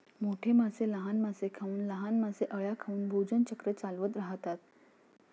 मोठे मासे लहान मासे खाऊन, लहान मासे अळ्या खाऊन भोजन चक्र चालवत राहतात